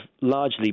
largely